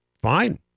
Fine